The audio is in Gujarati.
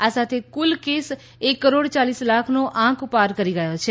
આ સાથે કુલ કેસ એક કરોડ યાલીસ લાખનો આંકડો પાર કરી ગયા છે